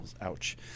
Ouch